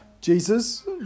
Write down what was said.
Jesus